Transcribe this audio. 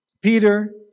Peter